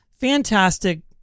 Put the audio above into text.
Fantastic